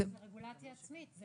זאת רגולציה עצמית.